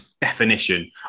definition